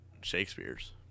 Shakespeare's